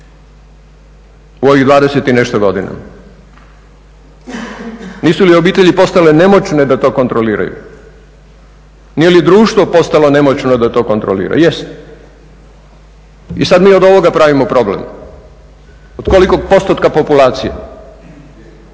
u ovih 20 i nešto godina? Nisu li obitelji postale nemoćne da to kontroliraju? Nije li društvo postalo nemoćno da to kontrolira? Jest. I sad mi od ovoga pravimo problem, a od kolikog postotka populacije,